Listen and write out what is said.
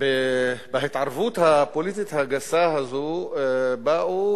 בהתערבות הפוליטית הגסה הזו באו,